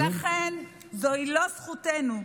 ולכן זוהי לא זכותנו,